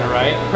right